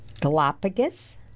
Galapagos